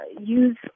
use